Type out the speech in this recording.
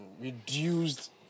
reduced